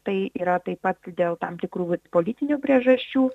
tai yra taip pat dėl tam tikrų politinių priežasčių